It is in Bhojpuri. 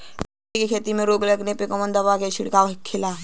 भिंडी की खेती में रोग लगने पर कौन दवा के छिड़काव खेला?